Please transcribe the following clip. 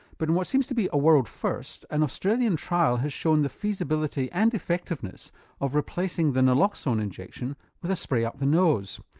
but in what seems to be a world first, an australian trial has shown the feasibility and effectiveness of replacing the naloxone injection with a spray up the nose.